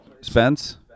Spence